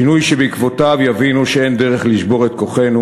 לשינוי שבעקבותיו יבינו שאין דרך לשבור את כוחנו,